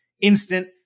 instant